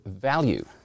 value